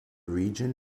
region